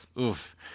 oof